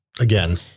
again